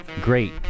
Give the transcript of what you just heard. great